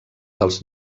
dels